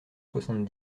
soixante